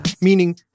Meaning